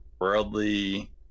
worldly